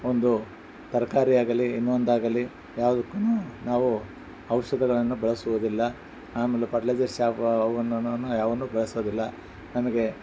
ಒಂದು ತರಕಾರಿಯಾಗಲಿ ಇನ್ನೊಂದು ಆಗಲಿ ಯಾವ್ದುಕ್ಕು ನಾವು ಔಷಧಗಳನ್ನ ಬಳಸುವುದಿಲ್ಲ ಆಮೇಲೆ ಫರ್ಟಿಲೈಸರ್ಸ್ ಶ್ಯಾಪನ್ನು ಯಾವನ್ನುನು ಯಾವನ್ನು ಬಳಸೋದಿಲ್ಲ ನಮಗೆ